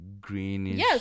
greenish